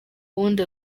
ubundi